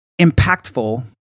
impactful